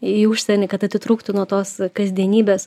į užsienį kad atitrūkti nuo tos kasdienybės